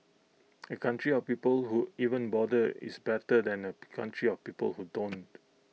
A country of people who even bother is better than A country of people who don't